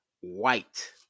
White